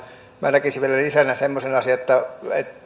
minä näkisin vielä lisänä semmoisen asian